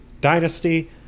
dynasty